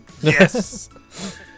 Yes